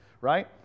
right